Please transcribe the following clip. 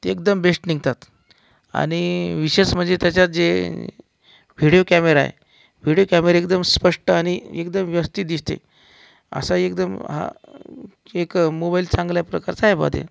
ते एकदम बेस्ट निघतात आणि विशेष म्हणजे त्याच्यात जे व्हिडीओ कॅमेरा आहे व्हिडीओ कॅमेरा एकदम स्पष्ट आणि एकदम व्यवस्थित दिसते असा एकदम हा एक मोबाईल चांगल्या प्रकारचा आहे बुआ ते